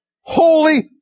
holy